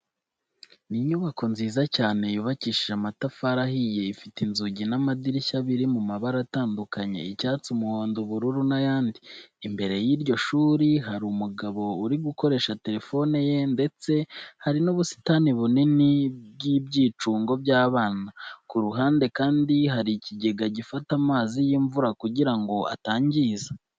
Ni inyubako nziza cyane yubakishije amatafari ahiye, ifite inzugi n'amadirishya biri mu mabara atandukanye, icyatsi, umuhondo, ubururu n'ayandi. Imbere y'iryo shuri hari umugabo uri gukoresha telefone ye ndetse hari n'ubusitani bunini n'ibyicungo by'abana. Ku ruhande kandi hari ikigega gifata amazi y'imvura kugira ngo atangiza.